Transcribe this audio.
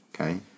okay